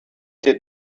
did